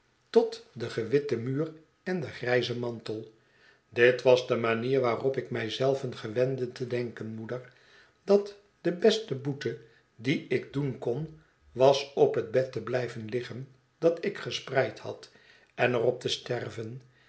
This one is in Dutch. tot den gewitten muur en den grijzen mantel dit was de manier waarop ik mij zelven gewende te denken moeder dat de beste boete die ik doen kon was op het bed te blijven liggen dat ik gespreid had en er op te sterven